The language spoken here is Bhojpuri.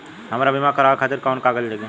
हमरा बीमा करावे खातिर कोवन कागज लागी?